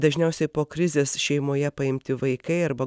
dažniausiai po krizės šeimoje paimti vaikai arba